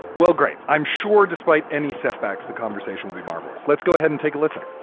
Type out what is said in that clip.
well, great. i'm sure despite any setbacks, the conversation will be marvelous. let's go ahead and take a listen